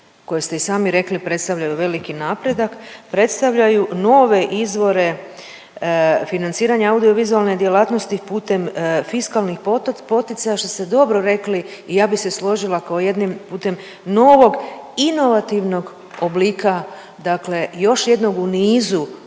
koje ste i sami rekli predstavljaju veliki napredak. Predstavljaju nove izvore financiranja audiovizualne djelatnosti putem fiskalnih poticaja, što ste dobro rekli i ja bi se složila kao jednim, putem novog inovativnog oblika dakle još jednog u nizu